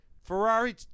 Ferrari